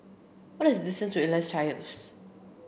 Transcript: what is the distance to Elias Terrace